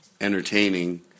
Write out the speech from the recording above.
entertaining